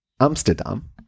amsterdam